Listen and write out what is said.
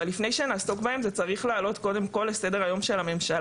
אבל לפני שנעסוק בהם זה צריך קודם כל לעלות לסדר היום של הממשלה.